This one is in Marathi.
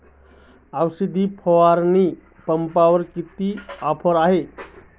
औषध फवारणी पंपावर किती ऑफर आहे?